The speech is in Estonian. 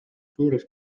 suures